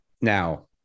Now